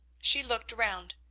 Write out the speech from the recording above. she looked around.